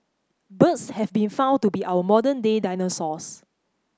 birds have been found to be our modern day dinosaurs